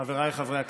חבריי חברי הכנסת,